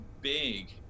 big